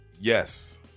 Yes